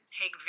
take